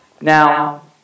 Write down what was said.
Now